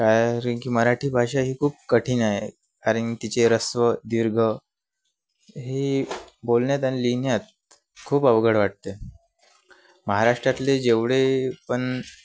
कारण की मराठी भाषा ही खूप कठीण आहे कारण तिचे ऱ्हस्व दीर्घ हे बोलण्यात आणि लिहिण्यात खूप अवघड वाटते महाराष्ट्रातले जेवढे पण